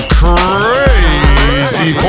crazy